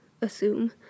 assume